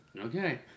Okay